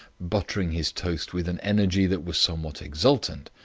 buttering his toast with an energy that was somewhat exultant.